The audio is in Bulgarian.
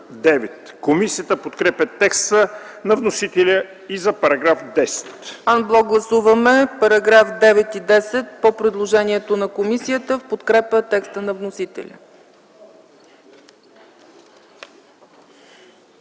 Комисията подкрепя текста на вносителя за § 12.